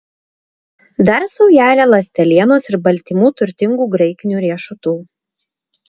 dar saujelę ląstelienos ir baltymų turtingų graikinių riešutų